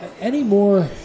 anymore